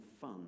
fun